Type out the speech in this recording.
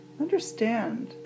Understand